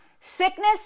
sickness